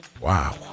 Wow